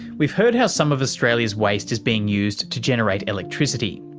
we've heard how some of australia's waste is being used to generate electricity.